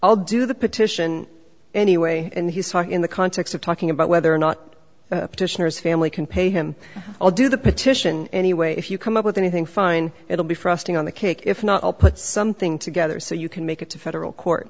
i'll do the petition anyway and he's talking in the context of talking about whether or not petitioners family can pay him i'll do the petition anyway if you come up with anything fine it'll be frosting on the cake if not i'll put something together so you can make it to federal court